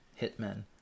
hitmen